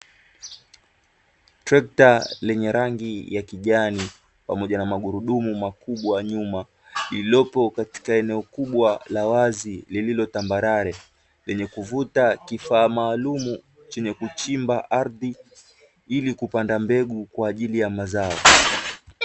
Trekta lenye rangi ya kijani pamoja na magurudumu makubwa nyuma lililopo katika eneo kubwa la wazi lililotambarare lenye kuvuta kifaa maalumu chenye kuchimba ardhi ili kupanda mbegu kwa ajili ya mazao.